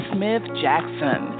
Smith-Jackson